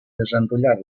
desenrotllar